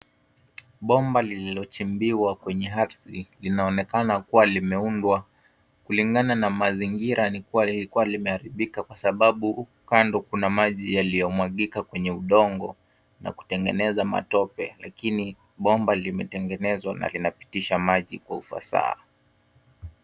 Bomba lililochimbiwa kwenye ardhi linaonekana kuwa limeundwa. Kulingana na mazingira ni kuwa lilikuwa limeharibika kwa sababu kando kuna maji yaliyomwagika kwenye udongo na kutengeneza matope lakini bomba limetengenezwa na linapitisha maji kwa ufasaha.